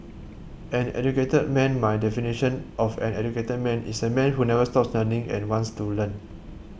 an educated man my definition of an educated man is a man who never stops learning and wants to learn